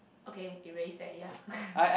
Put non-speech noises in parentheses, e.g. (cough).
okay erase that ya (laughs)